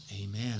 Amen